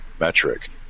metric